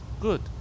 Good